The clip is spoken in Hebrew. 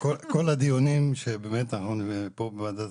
כל הדיונים שבאמת אנחנו מקיימים פה בוועדת